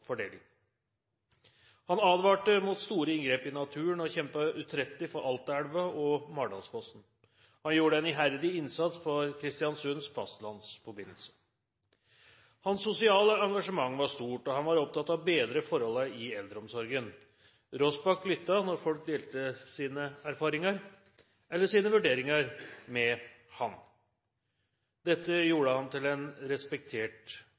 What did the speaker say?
fordeling. Han advarte mot store inngrep i naturen og kjempet utrettelig for Altaelva og Mardalsfossen. Han gjorde en iherdig innsats for Kristiansunds fastlandsforbindelse. Hans sosiale engasjement var stort, og han var opptatt av å bedre forholdene i eldreomsorgen. Rossbach lyttet når folk delte sine erfaringer eller sine vurderinger med ham. Dette gjorde ham til en respektert